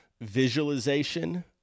visualization